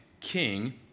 king